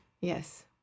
Yes